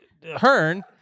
Hearn